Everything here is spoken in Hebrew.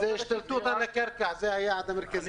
זו השתלטות על קרקע, זה היעד המרכזי.